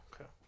okay